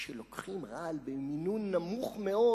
שכשלוקחים רעל במינון נמוך מאוד,